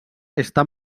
està